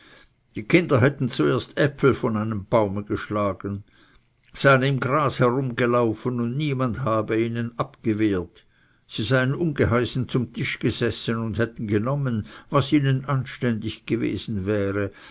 die kinder hätten zuerst äpfel von einem baume geschlagen seien im gras herumgelaufen und niemand habe ihnen abgewehrt sie seien ungeheißen zum tisch gesessen und hätten genommen was ihnen anständig gewesen wäre